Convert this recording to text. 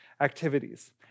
activities